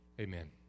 Amen